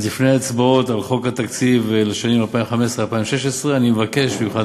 אז לפני ההצבעות על חוק התקציב לשנים 2015 2016 אני מבקש ממך,